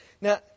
Now